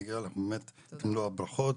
מגיע לך באמת את מלוא הברכות